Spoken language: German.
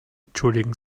entschuldigen